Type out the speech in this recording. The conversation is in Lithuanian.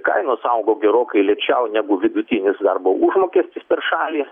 kainos augo gerokai lėčiau negu vidutinis darbo užmokestis per šalį